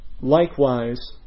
Likewise